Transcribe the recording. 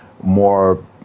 more